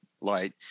light